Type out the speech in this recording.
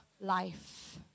life